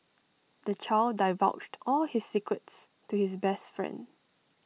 the child divulged all his secrets to his best friend